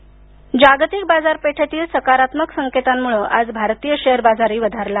share जागतिक बाजारपेठेतील सकारात्मक संकेतांमुळे आज भारतीय शेअरबाजारही वधारला